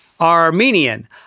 Armenian